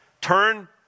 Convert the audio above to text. Turn